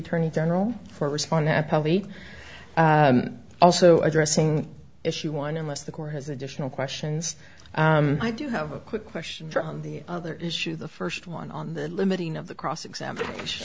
attorney general for responding i probably also addressing issue one unless the court has additional questions and i do have a quick question for on the other issue the first one on the limiting of the cross examination